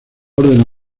órdenes